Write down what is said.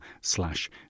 slash